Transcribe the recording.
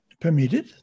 permitted